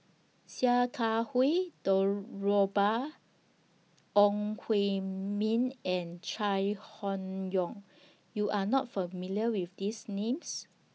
Sia Kah Hui Deborah Ong Hui Min and Chai Hon Yoong YOU Are not familiar with These Names